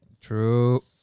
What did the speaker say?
True